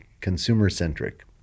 consumer-centric